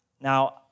Now